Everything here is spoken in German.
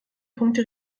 punkte